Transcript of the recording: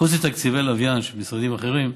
חוץ מתקציבי לוויין של משרדים אחרים,